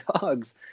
dogs